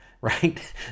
right